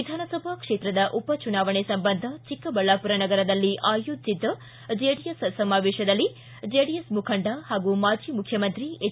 ವಿಧಾನಸಭಾ ಕ್ಷೇತ್ರದ ಉಪಚುನಾವಣೆ ಸಂಬಂಧ ಚಿಕ್ಕಬಳ್ಣಾಪುರ ನಗರದಲ್ಲಿ ಆಯೋಜಿಸಿದ್ದ ಜೆಡಿಎಸ್ ಸಮಾವೇಶದಲ್ಲಿ ಜೆಡಿಎಸ್ ಮುಖಂಡ ಹಾಗೂ ಮಾಜಿ ಮುಖ್ಯಮಂತ್ರಿ ಎಚ್